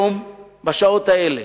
בשעות האלה